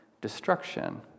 destruction